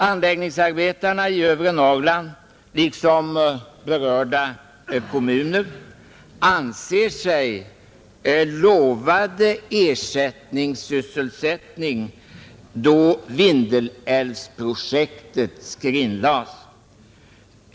Anläggningsarbetarna i övre Norrland liksom berörda kommuner anser sig lovade ersättningssysselsättning då Vindelälvsprojektet skrinlades.